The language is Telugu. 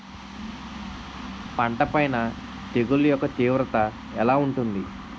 పంట పైన తెగుళ్లు యెక్క తీవ్రత ఎలా ఉంటుంది